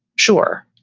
sure.